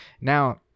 now